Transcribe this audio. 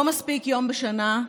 לא מספיק יום בשנה,